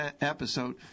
episode